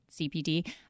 CPD